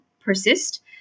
persist